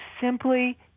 simply